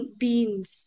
beans